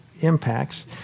impacts